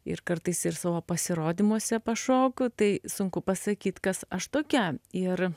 ir kartais ir savo pasirodymuose pašoku tai sunku pasakyt kas aš tokia ir